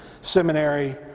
seminary